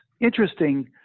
interesting